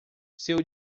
seu